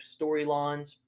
storylines